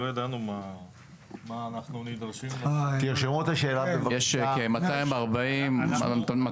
לא ידענו מה אנחנו נדרשים להביא --- יש כ-250 ניידות.